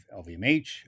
LVMH